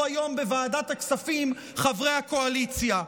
היום בוועדת הכספים חברי הקואליציה.